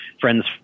friends